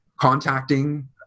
contacting